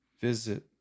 visit